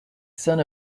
son